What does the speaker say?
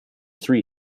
three